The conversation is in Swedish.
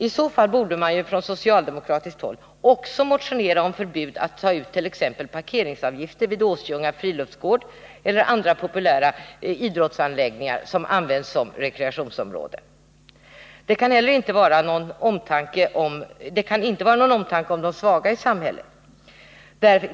I så fall borde man från socialdemokratiskt håll också motionera om förbud mot att ta ut t.ex. parkeringsavgifter vid Åsljunga friluftsgård eller vid andra populära idrottsanläggningar som används som rekreationsområden. Det kan inte vara fråga om någon omtanke om de svaga i samhället.